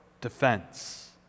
defense